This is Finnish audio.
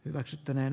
hyväksyttävän